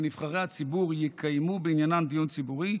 שנבחרי הציבור יקיימו בעניינן דיון ציבורי,